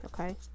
okay